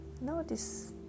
Notice